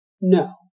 No